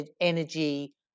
energy